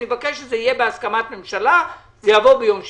אני מבקש שזה יהיה בהסכמת ממשלה וזה יעבור ביום שני.